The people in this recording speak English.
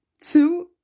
Two